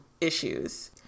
issues